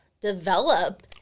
develop